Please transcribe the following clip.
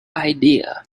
idea